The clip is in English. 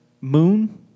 moon